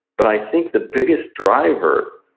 but i think the biggest driver,